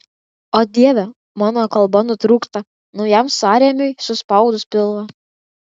o dieve mano kalba nutrūksta naujam sąrėmiui suspaudus pilvą